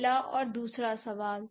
पहला और दूसरा सवाल